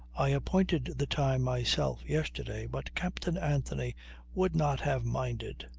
i appointed the time myself yesterday, but captain anthony would not have minded.